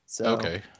Okay